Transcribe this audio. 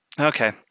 Okay